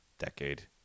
decade